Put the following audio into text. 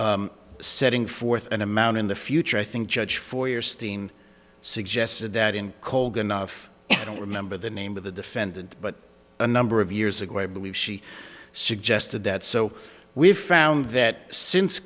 setting forth an amount in the future i think judge for your sting suggested that in cold enough i don't remember the name of the defendant but a number of years ago i believe she suggested that so we found that since